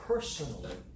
personally